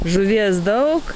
žuvies daug